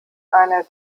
einer